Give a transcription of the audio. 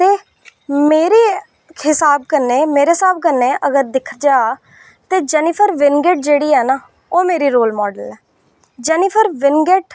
मेरे स्हाब कन्नै अगर मेरे स्हाब कन्नै दिक्खेआ जा ते जेनिफर विंगेट जेह्ड़ी ऐ ना ओह् मेरी रोल मॉडल ऐ जेनिफर विंगेट